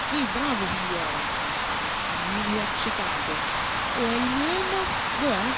sí bravo figliuolo dice ma mi hai accecato oh e il mio elmo dov'è